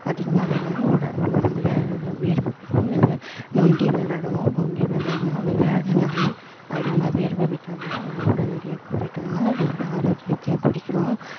அதிகமாக வெளாடினா உட உடம்புல வேர்வை விடும் இல்லை நொண்டி விளாடுவோம் நொண்டி விளாட்னா விளாட்னாவே அதிகமாக வேர்வை விட்டாலே உடலெடையை குறைக்கலாம் அது எல்லாம் ஆரோக்கியதையும் குடிக்கும்